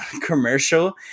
commercial